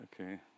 okay